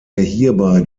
hierbei